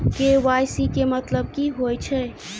KYC केँ मतलब की होइ छै?